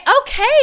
okay